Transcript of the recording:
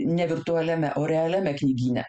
ne virtualiame o realiame knygyne